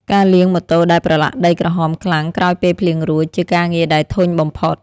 ការលាងម៉ូតូដែលប្រឡាក់ដីក្រហមខ្លាំងក្រោយពេលភ្លៀងរួច ជាការងារដែលធុញបំផុត។